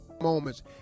moments